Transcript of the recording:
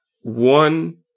one